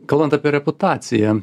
kalbant apie reputaciją